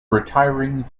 retiring